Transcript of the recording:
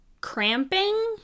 cramping